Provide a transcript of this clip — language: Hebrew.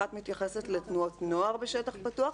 אחת מתייחסת לתנועות נוער בשטח פתוח,